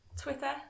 Twitter